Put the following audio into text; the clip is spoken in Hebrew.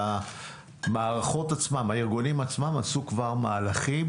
והארגונים עצמם כבר עשו מהלכים